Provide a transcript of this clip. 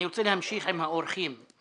כאשר אנחנו מדברים בסוגיה אחת,